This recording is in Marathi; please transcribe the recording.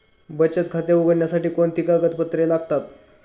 बचत खाते उघडण्यासाठी कोणती कागदपत्रे लागतात?